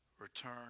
return